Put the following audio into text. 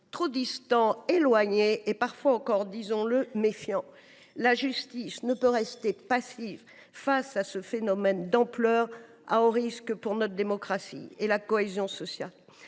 trop distants, éloignés et, parfois encore, disons le, méfiants. La justice ne peut rester passive face à ce phénomène d’ampleur à haut risque pour notre démocratie et la cohésion sociale.